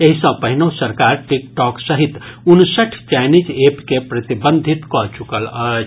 एहि सँ पहिनहु सरकार टिकटॉक सहित उनसठि चाइनिज एप के प्रतिबंधित कऽ चुकल अछि